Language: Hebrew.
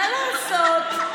מה לעשות.